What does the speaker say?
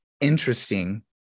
interesting